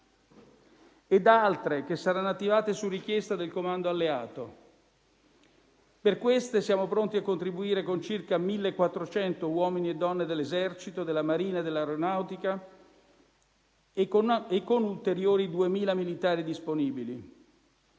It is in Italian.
e da altre che saranno attivate su richiesta del Comando alleato. Per queste siamo pronti a contribuire con circa 1.400 uomini e donne dell'Esercito, della Marina e dell'Aeronautica e con ulteriori 2.000 militari disponibili.